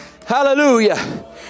hallelujah